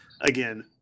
again